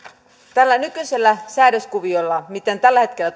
tällä nykyisellä säädöskuviolla miten tällä hetkellä